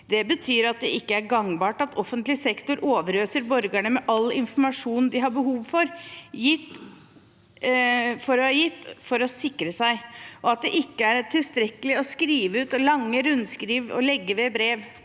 Det betyr at det ikke er gangbart at offentlig sektor overøser borgerne med all informasjon de har behov for å gi, for å sikre seg, og at det ikke er tilstrekkelig å skrive ut lange rundskriv og legge dem ved brev.